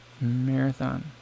marathon